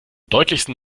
deutlichsten